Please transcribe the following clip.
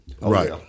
Right